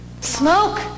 Smoke